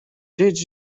did